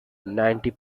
ninety